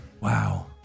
Wow